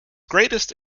greatest